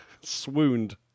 Swooned